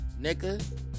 nigga